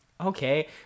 Okay